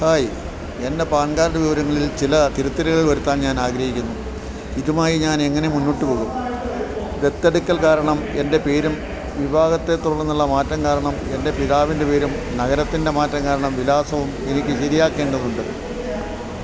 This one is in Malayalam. ഹായ് എൻ്റെ പാൻ കാർഡ് വിവരങ്ങളിൽ ചില തിരുത്തലുകൾ വരുത്താൻ ഞാൻ ആഗ്രഹിക്കുന്നു ഇതുമായി ഞാൻ എങ്ങനെ മുന്നോട്ട് പോകും ദത്തെടുക്കൽ കാരണം എൻ്റെ പേരും വിവാഹത്തെ തുടർന്നുള്ള മാറ്റം കാരണം എൻ്റെ പിതാവിൻ്റെ പേരും നഗരത്തിൻ്റെ മാറ്റം കാരണം വിലാസവും എനിക്ക് ശരിയാക്കേണ്ടതുണ്ട്